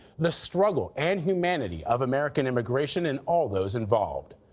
the struggle and humanity of american immigration and all those involved.